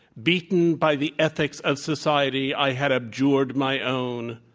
beaten by the ethics of society, i had abjured my own.